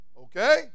Okay